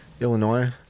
Illinois